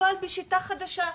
אבל בשיטה חדשה,